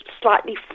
slightly